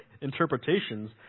interpretations